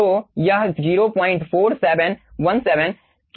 तो यह 04717 के रूप में सामने आएगा